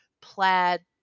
plaid